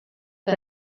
que